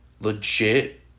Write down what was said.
legit